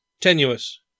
Tenuous